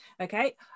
Okay